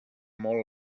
molt